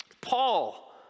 Paul